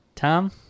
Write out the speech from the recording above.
Tom